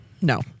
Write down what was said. No